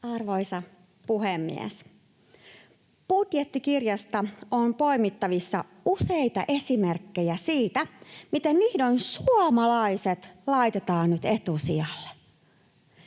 Arvoisa puhemies! Budjettikirjasta on poimittavissa useita esimerkkejä siitä, miten vihdoin suomalaiset laitetaan nyt etusijalle.